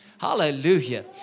Hallelujah